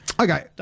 Okay